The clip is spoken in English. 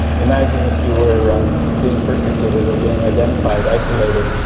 imagine if you were um being persecuted or being identified, isolated,